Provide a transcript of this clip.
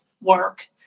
work